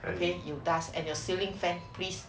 the dust and your ceiling fan please